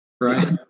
right